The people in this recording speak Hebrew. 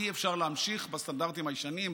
אי-אפשר להמשיך בסטנדרטים הישנים,